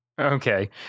Okay